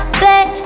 baby